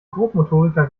grobmotoriker